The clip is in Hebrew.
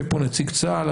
יושב פה נציג צה"ל,